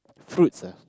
fruits ah